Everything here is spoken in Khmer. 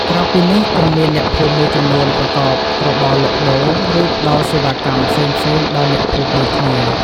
ក្រៅពីនេះ ក៏មានអ្នកភូមិមួយចំនួនប្រកបរបរលក់ដូរ ឬផ្តល់សេវាកម្មផ្សេងៗដល់អ្នកភូមិដូចគ្នា។